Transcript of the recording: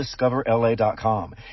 discoverla.com